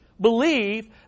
believe